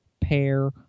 pair